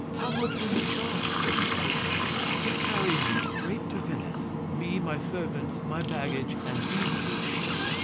how much will you charge, said he to this man, to carry me straight to venice me, my servants, my baggage, and these two sheep?